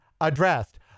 addressed